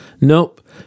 Nope